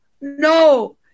no